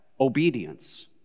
obedience